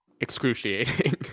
excruciating